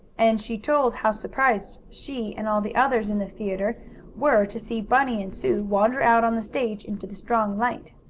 and she told how surprised she, and all the others in the theatre were to see bunny and sue wander out on the stage into the strong light.